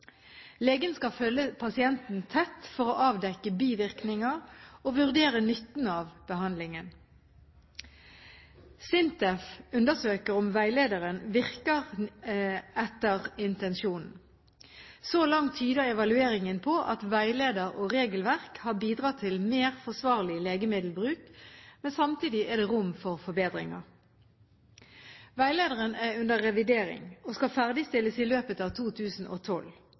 Legen skal følge pasienten tett for å avdekke bivirkninger og vurdere nytten av behandlingen. SINTEF undersøker om veilederen virker etter intensjonen. Så langt tyder evalueringen på at veileder og regelverk har bidratt til mer forsvarlig legemiddelbruk, men samtidig er det rom for forbedringer. Veilederen er under revidering og skal ferdigstilles i løpet av 2012.